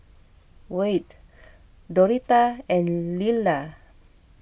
Wyatt Doretta and Lilla